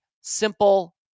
simple